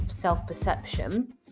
self-perception